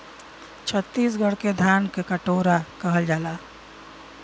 छतीसगढ़ के धान क कटोरा कहल जाला